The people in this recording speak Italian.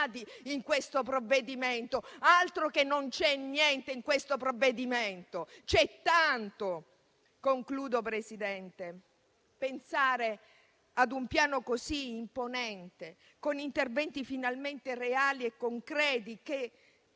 in questo provvedimento: altro che non c'è niente in questo provvedimento, c'è tanto! In conclusione, Presidente, pensare ad un piano così imponente, con interventi finalmente reali e concreti che